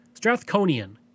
Strathconian